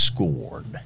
Scorn